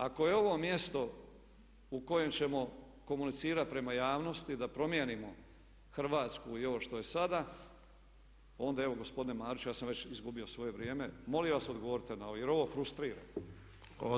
Ako je ovo mjesto u kojem ćemo komunicirati prema javnosti da promijenimo Hrvatsku i ovo što je sada onda evo gospodine Mariću ja sam već izgubio svoje vrijeme, molim vas odgovorite na ovo jer ovo frustrira.